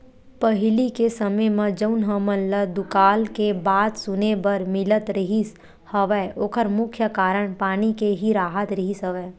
पहिली के समे म जउन हमन ल दुकाल के बात सुने बर मिलत रिहिस हवय ओखर मुख्य कारन पानी के ही राहत रिहिस हवय